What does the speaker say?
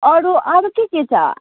अरू अरू के के छ